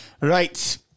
Right